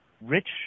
rich